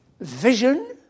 vision